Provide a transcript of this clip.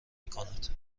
میکند